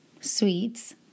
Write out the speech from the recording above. sweets